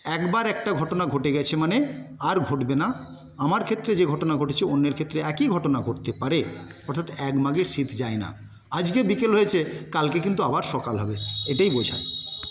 একবার একটা ঘটনা ঘটে গেছে মানে আর ঘটবেনা আমার ক্ষেত্রে যে ঘটনা ঘটেছে অন্যের ক্ষেত্রে একই ঘটনা ঘটতে পারে অর্থাৎ এক মাঘে শীত যায়না আজকে বিকেল হয়েছে কালকে কিন্তু আবার সকাল হবে এটাই বোঝায়